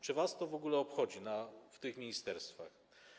Czy was to w ogóle obchodzi w tych ministerstwach?